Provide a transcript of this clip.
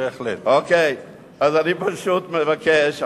אז תפגוש אותם.